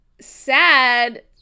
sad